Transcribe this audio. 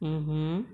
mmhmm